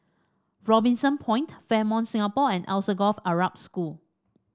Robinson Point Fairmont Singapore and Alsagoff Arab School